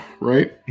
right